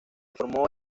formó